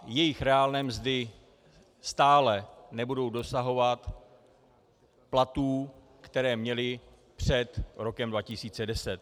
Jejich reálné mzdy stále nebudou dosahovat platů, které měli před rokem 2010.